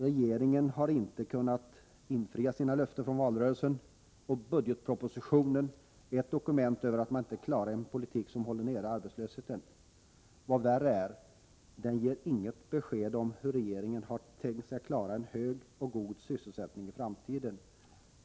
Regeringen har inte kunnat infria sina löften från valrörelsen, och budgetpropositionen är ett dokument över att man inte klarar en politik som håller nere arbetslösheten. Vad värre är: Budgetpropositionen ger inget besked om hur regeringen har tänkt sig klara en hög och god sysselsättning i framtiden.